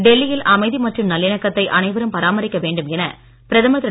டெல்லியில் அமைதி மற்றும் நல்லிணக்கத்தை அனைவரும் பராமரிக்க வேண்டும் என பிரதமர் திரு